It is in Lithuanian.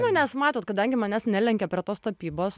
nu nes matot kadangi manęs nelenkia prie tos tapybos